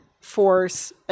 force